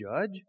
judge